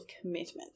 commitment